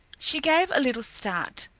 she gave a little start.